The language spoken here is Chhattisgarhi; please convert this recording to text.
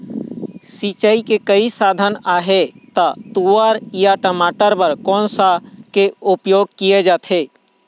सिचाई के कई साधन आहे ता तुंहर या टमाटर बार कोन सा के उपयोग किए जाए?